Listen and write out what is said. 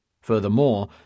Furthermore